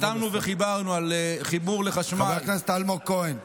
חתמנו וחיברנו חיבור לחשמל, חבר הכנסת אלמוג כהן.